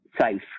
safe